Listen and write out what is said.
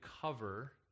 cover